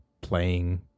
playing